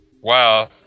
Wow